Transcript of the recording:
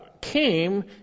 came